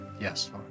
Yes